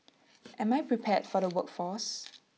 am I prepared for the workforce